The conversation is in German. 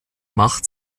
macht